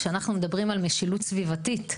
כשאנחנו מדברים על משילות סביבתית,